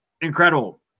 incredible